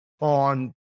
on